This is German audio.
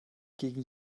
gegen